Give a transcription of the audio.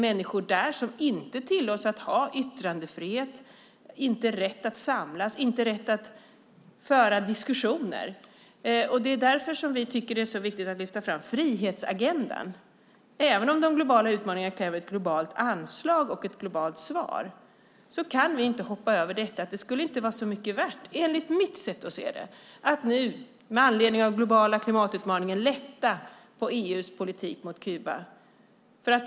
Människor tillåts inte ha yttrandefrihet, inte rätt att samlas, inte rätt att föra diskussioner. Därför tycker vi att det är så viktigt att lyfta fram frihetsagendan. Även om de globala utmaningarna kräver ett globalt anslag och ett globalt svar kan vi inte hoppa över detta. Det skulle, enligt mitt sätt att se det, inte vara så mycket värt att med anledning av den globala klimatutmaningen lätta på EU:s politik mot Kuba.